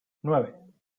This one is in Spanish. nueve